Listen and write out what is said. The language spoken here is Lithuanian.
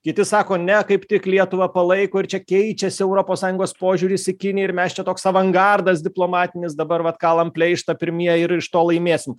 kiti sako ne kaip tik lietuvą palaiko ir čia keičiasi europos sąjungos požiūris į kiniją ir mes čia toks avangardas diplomatinis dabar vat kalam pleištą pirmieji ir iš to laimėsim